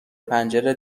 پنجره